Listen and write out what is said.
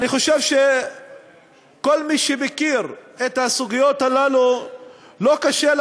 אני חושב שכל מי שמכיר את הסוגיות הללו לא קשה לו